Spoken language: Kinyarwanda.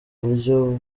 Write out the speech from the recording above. buryo